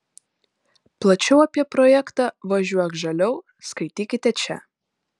plačiau apie projektą važiuok žaliau skaitykite čia